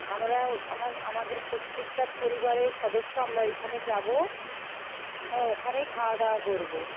আমরা আমাদের প্রত্যেকটা পরিবারের সদস্য আমরা ওইখানে যাবো হ্যাঁ ওখানেই খাওয়াদাওয়া করবো